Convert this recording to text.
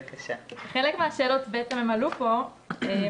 חלק מהשאלות בעצם עלו כאן,